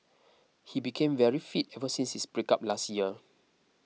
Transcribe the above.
he became very fit ever since his breakup last year